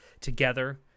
together